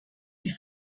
die